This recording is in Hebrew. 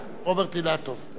רוברט אילטוב לא מפריע לי.